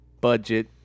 budget